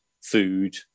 food